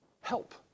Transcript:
help